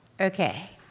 Okay